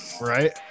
Right